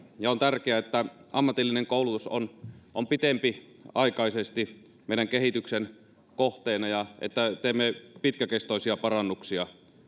ja on tärkeää että ammatillinen koulutus on on pitempiaikaisesti meidän kehityksen kohteena ja että teemme pitkäkestoisia parannuksia